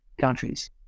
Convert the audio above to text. countries